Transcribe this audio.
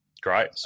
Great